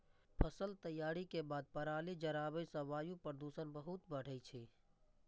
फसल तैयारी के बाद पराली जराबै सं वायु प्रदूषण बहुत बढ़ै छै